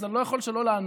אז אני לא יכול שלא לענות.